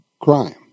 crime